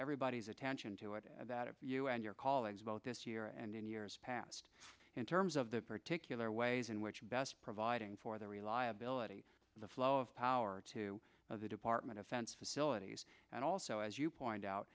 everybody's attention to it that you and your colleagues about this year and in years past in terms of the particular ways in which best providing for the reliability the flow of power to the department of fence facilities and also as you pointed out